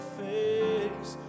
face